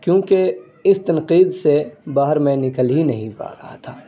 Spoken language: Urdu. کیونکہ اس تنقید سے باہر میں نکل ہی نہیں پا رہا تھا